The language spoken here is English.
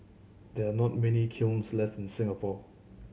there are not many kilns left in Singapore